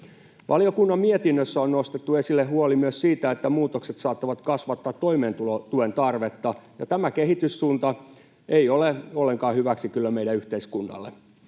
Valiokunnan mietinnössä on nostettu esille huoli myös siitä, että muutokset saattavat kasvattaa toimeentulotuen tarvetta, ja tämä kehityssuunta ei ole kyllä ollenkaan hyväksi meidän yhteiskunnallemme.